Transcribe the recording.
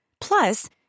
Plus